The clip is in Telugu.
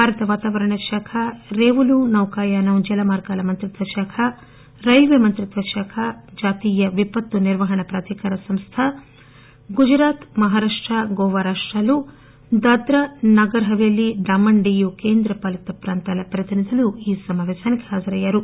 భారత వాతావరణ శాఖ రేవులు నౌకాయానం జలమార్గాల మంత్రిత్వ శాఖ రైల్వే మంత్రిత్వ శాఖ జాతీయ విపత్తు నిర్వహణ ప్రాధికార సంస్థ గుజరాత్ మహారాష్ట గోవా రాప్రాలు దాద్రా నగర్ హపేలీ డామన్ డయ్యు కేంద్రపాలిత ప్రాంతాల ప్రతినిధులు ఈ సమాపేశానికి హాజరయ్యారు